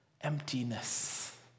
emptiness